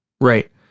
Right